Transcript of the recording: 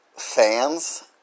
fans